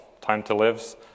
time-to-lives